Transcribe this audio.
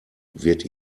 wird